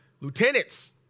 lieutenants